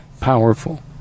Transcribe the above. powerful